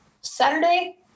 Saturday